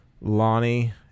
Lonnie